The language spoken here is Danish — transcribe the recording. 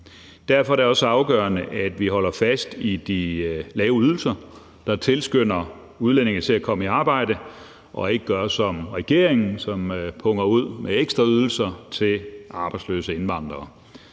Derfor er det også afgørende, at vi holder fast i de lave ydelser, der tilskynder udlændinge til at komme i arbejde, og at vi ikke gør som regeringen, der punger ud med ekstra ydelser til arbejdsløse indvandrere.